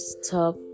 stop